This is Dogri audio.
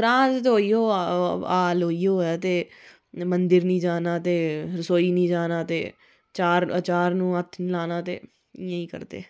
ग्रांऽ च ओइयो ते हाल ओइयो ऐ मंदर निं जाना ते रसोई निं जाना ते चार अचार नूं हत्थ निं लाना ते इ'यां ई करदे